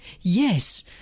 Yes